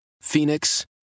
Phoenix